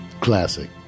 classic